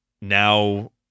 now